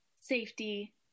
safety